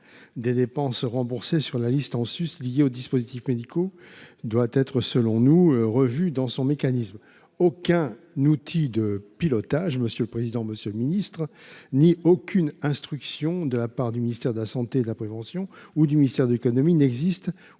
des dépenses remboursées sur la liste en sus liées aux dispositifs médicaux, doit selon nous être revu dans son mécanisme. Aucun outil de pilotage ni aucune instruction de la part du ministère de la santé et de la prévention ou du ministère de l’économie n’existe